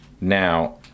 now